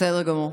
בסדר גמור.